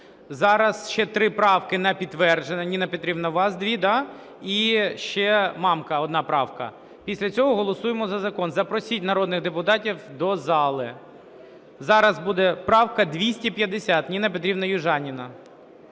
Зараз ще три правки на підтвердження. Ніна Петрівна, у вас дві, да? І ще Мамка, одна правка. Після цього голосуємо за закон. Запросіть народних депутатів до зали. Зараз буде правка 250, Ніна Петрівна Южаніна.